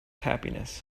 happiness